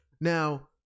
Now